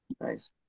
nice